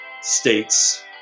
states